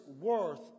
worth